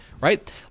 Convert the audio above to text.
Right